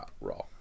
raw